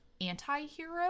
anti-hero